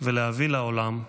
ולהביא חיים לעולם.